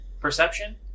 Perception